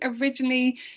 originally